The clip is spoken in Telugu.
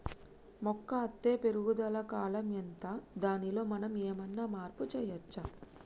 మొక్క అత్తే పెరుగుదల కాలం ఎంత దానిలో మనం ఏమన్నా మార్పు చేయచ్చా?